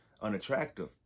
unattractive